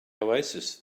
oasis